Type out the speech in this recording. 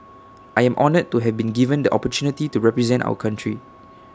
I am honoured to have been given the opportunity to represent our country